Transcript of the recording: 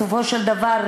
בסופו של דבר,